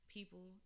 People